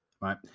right